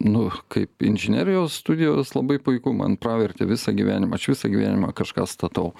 nu kaip inžinerijos studijos labai puiku man pravertė visą gyvenimą aš visą gyvenimą kažką statau